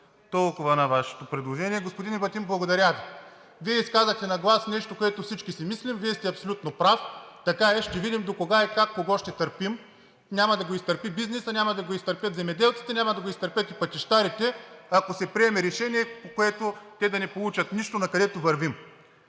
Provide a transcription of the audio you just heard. Толкова на Вашето предложение. Господин Ебатин, благодаря Ви. Вие изказахте на глас нещо, което всички си мислим, Вие сте абсолютно прав, така е, ще видим докога и как, кого ще търпим. Няма да го изтърпи бизнесът, няма да го изтърпят земеделците, няма да го изтърпят и пътищарите, ако се приеме решение, по което те да не получат нищо, накъдето вървим.